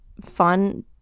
fun